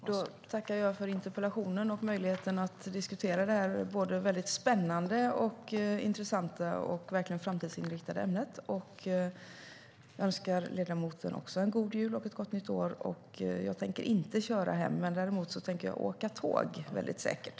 Fru talman! Jag tackar för interpellationen och möjligheten att diskutera det här väldigt spännande, intressanta och verkligen framtidsinriktade ämnet. Jag önskar ledamoten en god jul och ett gott nytt år. Jag tänker inte köra hem. Däremot tänker jag åka tåg väldigt säkert.